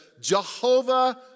Jehovah